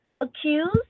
accused